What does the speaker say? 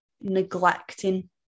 neglecting